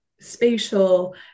spatial